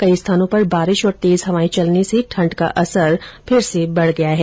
कई स्थानों पर बारिश तथा तेज हवायें चलने से ठण्ड का असर फिर से बढ़ गया है